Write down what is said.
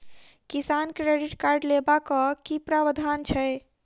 किसान credit card लेबाक की प्रावधान छै?